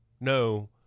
no